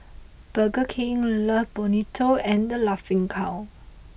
Burger King Love Bonito and The Laughing Cow